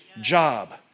job